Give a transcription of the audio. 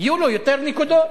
יהיו לו יותר נקודות,